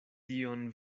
tion